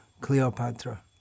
Cleopatra